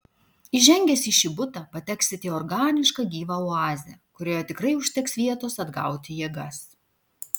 įžengę į šį butą pateksite į organišką gyvą oazę kurioje tikrai užteks vietos atgauti jėgas